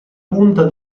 punta